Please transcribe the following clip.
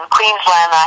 Queensland